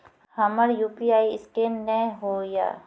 हमर UPI scan नेय हो या?